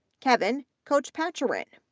kevin kochpatcharin,